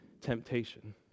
temptation